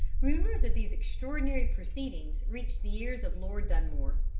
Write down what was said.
rumors of these extraordinary proceedings reached the ears of lord dunmore.